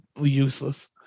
useless